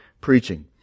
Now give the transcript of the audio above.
preaching